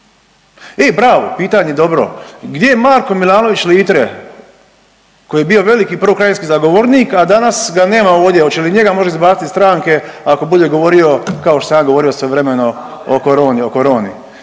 e bravo pitanje dobro gdje je Marko Milanović Litre koji je bio veliki proukrajinski zagovornik, a danas ga nema ovdje. Hoće li njega možda izbaciti iz stranke ako bude govorio kao što sam ja govorio svojevremeno o coroni.